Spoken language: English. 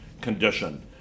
condition